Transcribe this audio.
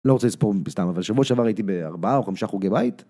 לא רוצה לספור בסתם, אבל שבוע שעבר הייתי בארבעה או חמשה חוגי בית.